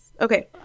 Okay